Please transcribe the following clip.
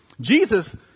Jesus